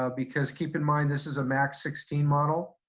ah because keep in mind, this is a max sixteen model,